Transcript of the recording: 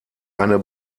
eine